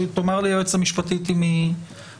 תאמר לי היועצת המשפטית אם היא מסכימה.